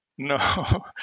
No